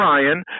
Ryan